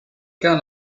quint